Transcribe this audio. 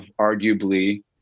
arguably